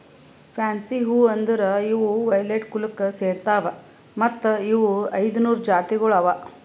fancy ಹೂವು ಅಂದುರ್ ಇವು ವೈಲೆಟ್ ಕುಲಕ್ ಸೇರ್ತಾವ್ ಮತ್ತ ಇವು ಐದ ನೂರು ಜಾತಿಗೊಳ್ ಅವಾ